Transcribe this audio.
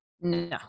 No